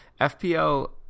FPL